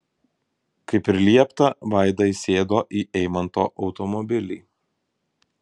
kaip ir liepta vaida įsėdo į eimanto automobilį